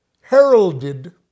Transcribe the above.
heralded